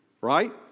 right